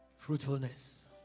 Fruitfulness